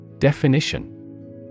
Definition